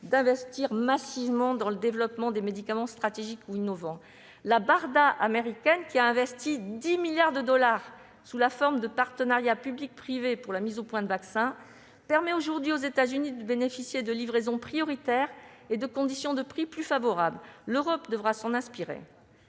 d'investir massivement dans le développement des médicaments stratégiques ou innovants. La, ou Barda, américaine, qui a investi 10 milliards de dollars, sous la forme de partenariats public-privé, pour la mise au point de vaccins, permet aujourd'hui aux États-Unis de bénéficier de livraisons prioritaires et de conditions de prix plus favorables. L'Europe devra s'en inspirer.